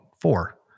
four